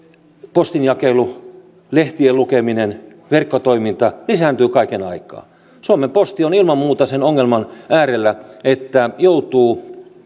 postinjakelu lehtien lukeminen verkkotoiminta lisääntyvät kaiken aikaa suomen posti on ilman muuta sen ongelman äärellä että joutuu